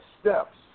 steps